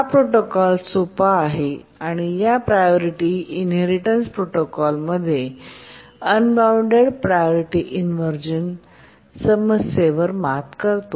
हा प्रोटोकॉल सोपा आहे आणि priority inheritance protocol unbounded priority inversion समस्येवर मात करतो